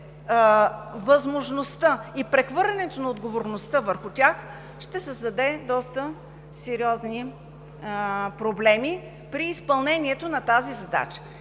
възможността и прехвърлянето на отговорността върху тях ще създаде доста сериозни проблеми при изпълнението на тази задача.